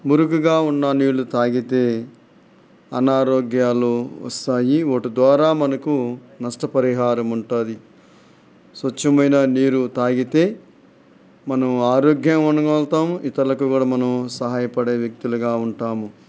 మురికిగా ఉన్న నీళ్ళు తాగితే అనారోగ్యాలు వస్తాయి వాటి ద్వారా మనకు నష్టపరిహారం ఉంటుంది స్వచ్ఛమైన నీరు తాగితే మనం ఆరోగ్యం ఉండగల్గుతాము ఇతరులకు కూడా మనం సహాయపడే వ్యక్తులుగా ఉంటాము